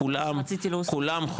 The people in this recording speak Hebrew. כולם,